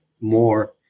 more